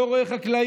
לא רואה חקלאים,